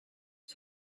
ich